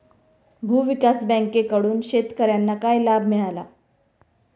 भूविकास बँकेकडून शेतकर्यांना काय लाभ मिळाला?